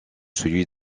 celui